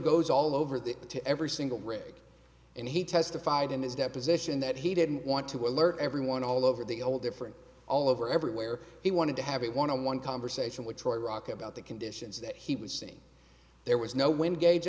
goes all over the to every single rig and he testified in his deposition that he didn't want to alert everyone all over the whole different all over everywhere he wanted to have it want to one conversation with troy rock about the conditions that he was seeing there was no wind gauge